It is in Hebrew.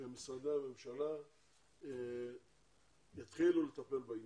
אנחנו מבקשים שמשרדי הממשלה יתחילו לטפל בעניין.